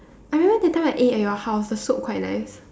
I remember that time I ate at your house the soup quite nice